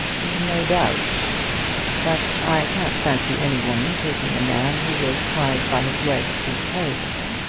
no doubt but i can't fancy any woman taking a man who was tied by his leg to perivale.